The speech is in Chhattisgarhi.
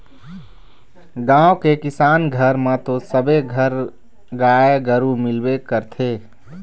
गाँव के किसान घर म तो सबे घर गाय गरु मिलबे करथे